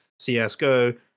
CSGO